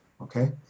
okay